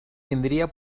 tindria